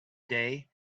day